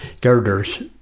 girders